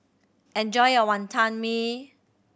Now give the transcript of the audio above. enjoy your Wantan Mee